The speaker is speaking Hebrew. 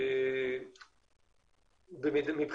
במה התקדמנו משבוע שעבר, אם בכלל?